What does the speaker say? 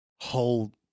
hold